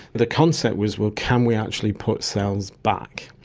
the concept was, well, can we actually put cells back?